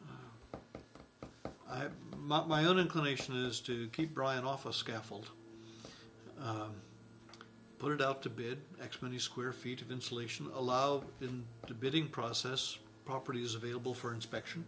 have my own inclination is to keep bryan off a scaffold put it up to bid x many square feet of insulation allowed in the bidding process properties available for inspection